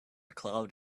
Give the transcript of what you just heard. cloud